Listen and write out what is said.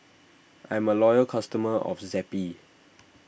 I'm a loyal customer of Zappy